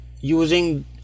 using